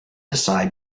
decide